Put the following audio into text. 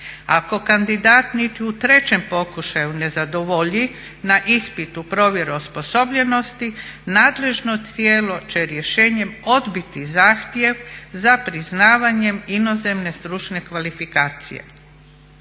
Ako kandidat niti u trećem pokušaju ne zadovolji na ispitu provjere osposobljenosti nadležno tijelo će rješenjem odbiti zahtjev za priznavanjem inozemne stručne kvalifikacije.